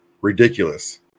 ridiculous